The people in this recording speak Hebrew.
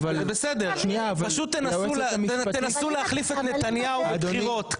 בסדר פשוט תנסו להחליף את נתניהו בבחירות,